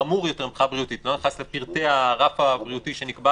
חמור יותר מבחינה בריאותית ואני לא נכנס לפרטי הרף הבריאותי שנקבע,